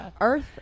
Earth